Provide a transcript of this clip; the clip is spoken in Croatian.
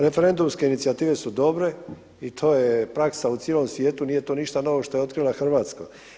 Referendumske inicijative su dobre i to je praksa u cijelom svijetu, nije to ništa novog što je otkrila Hrvatska.